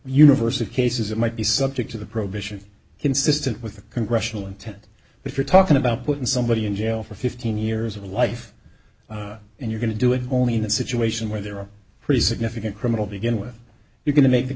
universe of cases that might be subject to the prohibition consistent with the congressional intent if you're talking about putting somebody in jail for fifteen years of life and you're going to do it only in a situation where there are pretty significant criminal begin with you going to make the